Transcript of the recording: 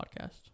podcast